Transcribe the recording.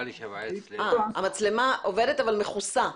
המצלמה עובדת אבל מכוסה.